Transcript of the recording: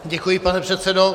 Děkuji, pane předsedo.